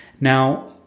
Now